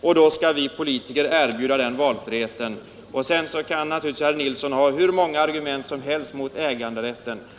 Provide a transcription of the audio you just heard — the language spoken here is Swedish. Och då skall vi politiker erbjuda de människorna den valfriheten. Sedan kan herr Nilsson anföra hur många argument som helst mot äganderätten.